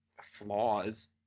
flaws